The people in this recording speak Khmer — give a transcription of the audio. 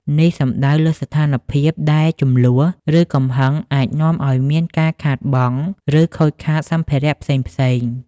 នេះសំដៅលើស្ថានភាពដែលជម្លោះ ឬកំហឹងអាចនាំឲ្យមានការបាត់បង់ ឬខូចខាតសម្ភារៈផ្សេងៗ។